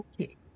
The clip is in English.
okay